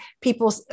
people